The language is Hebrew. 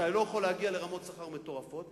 אתה לא יכול להגיע לרמות שכר מטורפות.